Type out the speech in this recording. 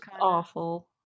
awful